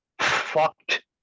fucked